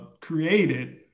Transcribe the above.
created